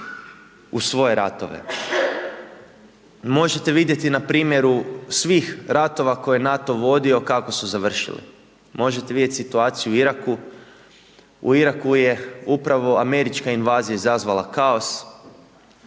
u svoje ratove. Možete vidjeti na primjeru svih ratova koje je NATO vodio kako su završili. Možete vidjeti situaciju u Iraku, u Iraku je upravo američka invazija izazvala kaos,